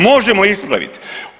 Možemo ispraviti.